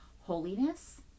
holiness